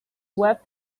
wept